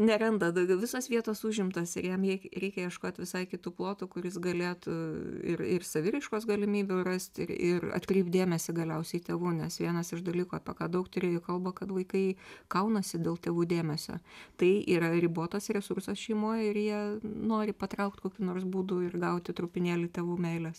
neranda daugiau visos vietos užimtos ir jam reikia ieškot visai kitų plotų kuri jis galėtų ir ir saviraiškos galimybių rasti ir atkreipt dėmesį galiausiai tėvų nes vienas iš dalykų apie ką daug tyrėjų kalba kad vaikai kaunasi dėl tėvų dėmesio tai yra ribotas resursas šeimoj ir jie nori patraukt kokiu nors būdu ir gauti trupinėlį tėvų meilės